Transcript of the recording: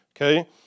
Okay